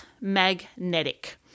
magnetic